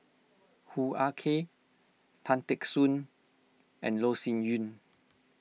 Hoo Ah Kay Tan Teck Soon and Loh Sin Yun